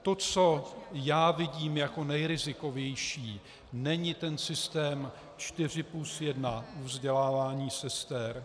To, co já vidím jako nejrizikovější, není ten systém 4 + 1 u vzdělávání sester.